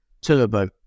Turbo